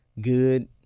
good